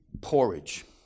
porridge